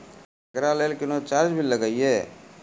एकरा लेल कुनो चार्ज भी लागैये?